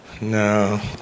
no